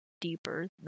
deeper